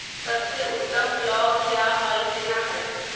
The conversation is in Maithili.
सबसे उत्तम पलौघ या हल केना हय?